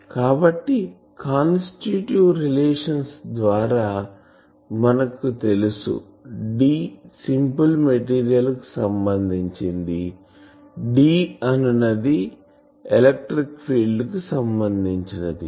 కాబట్టి constitutive relations ద్వారా మనకు తెలుసు D సింపుల్ మెటీరియల్స్ కు సంబంధించి D అనునది ఎలక్ట్రిక్ ఫీల్డ్ కి సంబంధించినది